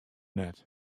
net